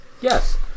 Yes